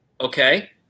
Okay